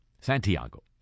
Santiago